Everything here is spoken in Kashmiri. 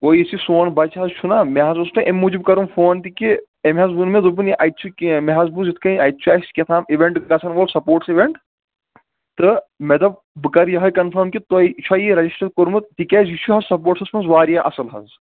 وۄنۍ یُس یہِ سون بَچہٕ حظ چھُ نہ مےٚ حظ اوس تۄہہِ اَمہِ موٗجوٗب کَرُن فون تہِ کہِ یِم حظ ووںۍ مے دوٚپُن یہِ اَتہِ چھِ کیٚنٛہہ مےٚ حظ بوز یِتھٕ کٔنۍ اَتہِ چھُ اَسہِ کٮ۪تھام ایوینٹ گَژھن وول سَپوٹس ایوینٹ تہٕ مےٚ دوٛپ بہٕ کَرٕ یِہاے کَنفٲم کہِ یہِ تۄہہِ چھُوا یہِ رَجَسٹر کورمُت تہِ کیازِ یہِ چھُ حظ سَپوٹسس منٛز واریاہ اصل حظ